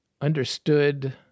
understood